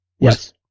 yes